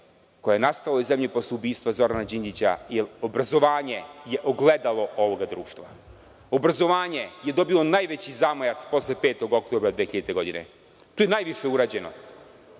koja je nastala u ovoj zemlji posle ubistva Zorana Đinđića, jer obrazovanje je ogledalo ovog društva. Obrazovanje je dobilo najveći zamajac posle 5. oktobra 2000. godine i tu je najviše urađeno,